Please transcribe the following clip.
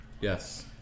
yes